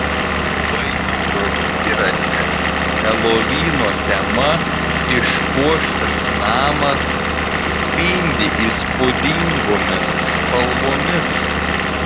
vaizdo įraše helovino tema išpuoštas namas spindi įspūdingomis spalvomis